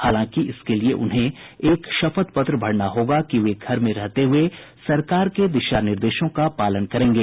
हालांकि इसके लिए उन्हें एक शपथ पत्र भरना होगा कि वे घर में रहते हुए सरकार के दिशा निर्देशों का पालन करेंगे